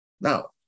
Now